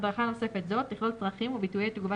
הדרכה נוספת זו תכלול צרכים וביטויי תגובה